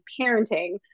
parenting